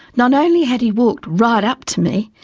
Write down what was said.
not only had he walked right up to me,